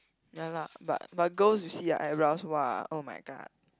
ya lah but but girls you see ah eyebrows !wah! [oh]-my-god